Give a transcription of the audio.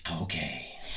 Okay